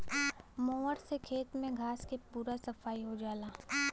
mower से खेत में घास के पूरा सफाई हो जाला